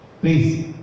Please